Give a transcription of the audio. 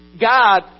God